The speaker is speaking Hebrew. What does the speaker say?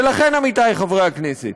ולכן, עמיתי חברי הכנסת,